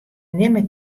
nimme